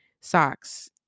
socks